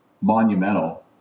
monumental